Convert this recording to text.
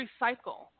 recycle